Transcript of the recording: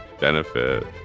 benefit